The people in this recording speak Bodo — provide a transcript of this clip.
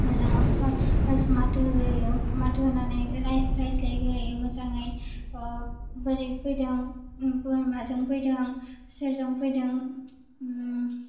जोङो फर्स्ट माथो हाग्रोयो माथो होनानै रायज्लायग्रोयो मोजाङै बोरै फैदों माजों फैदों सोरजों फैदों